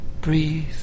breathe